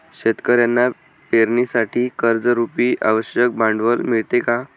शेतकऱ्यांना पेरणीसाठी कर्जरुपी आवश्यक भांडवल मिळते का?